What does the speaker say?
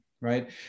Right